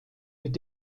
mit